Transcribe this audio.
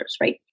right